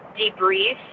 debrief